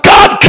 God